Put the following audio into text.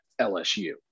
lsu